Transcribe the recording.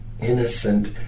innocent